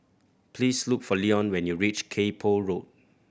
please look for Leon when you reach Kay Poh Road